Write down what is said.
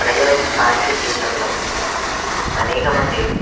ప్రజల స్థానిక జీవితంలో అనేకమంది